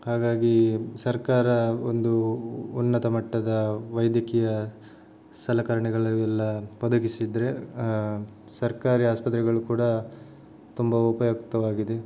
ಹಾಗಾಗಿ ಸರ್ಕಾರ ಒಂದು ಉನ್ನತ ಮಟ್ಟದ ವೈದ್ಯಕೀಯ ಸಲಕರಣೆಗಳು ಎಲ್ಲ ಒದಗಿಸಿದರೆ ಸರ್ಕಾರಿ ಆಸ್ಪತ್ರೆಗಳು ಕೂಡ ತುಂಬ ಉಪಯುಕ್ತವಾಗಿದೆ